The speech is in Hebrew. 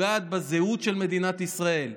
פוגעת בזהות של מדינת ישראל: